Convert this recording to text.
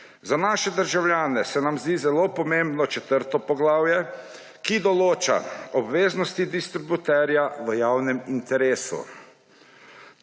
Za naše državljane se nam zdi zelo pomembno četrto poglavje, ki določa obveznosti distributerja v javnem interesu.